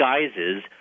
disguises